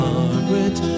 Margaret